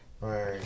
Right